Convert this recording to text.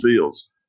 fields